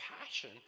passion